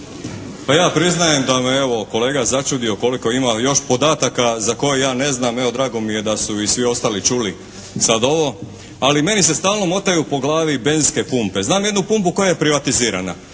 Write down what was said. Pa ja priznajem da me evo kolega začudio koliko ima još podataka za koje ja ne znam. Drago mi je da su i svi čuli sad ovo. Ali meni se stalno motaju po glavi benzinske pumpe. Znam jednu pumpu koja je privatizirana.